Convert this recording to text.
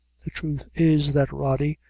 the truth is, that rody,